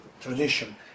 tradition